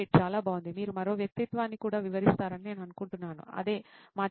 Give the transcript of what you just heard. చాలా బాగుంది మీరు మరో వ్యక్తిత్వాన్ని కూడా వివరిస్తారని నేను అనుకుంటున్నాను అదే మా చర్చ